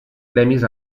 premis